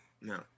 No